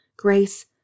grace